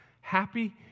happy